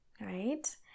right